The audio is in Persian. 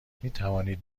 میتوانید